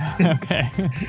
Okay